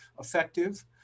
effective